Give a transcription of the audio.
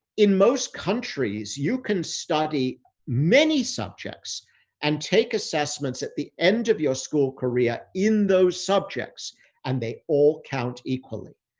in most countries, you can study many subjects and take assessments at the end of your school career in those subjects and they all count equally.